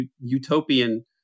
utopian